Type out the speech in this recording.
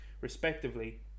respectively